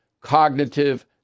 cognitive